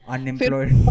Unemployed